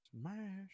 smash